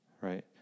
right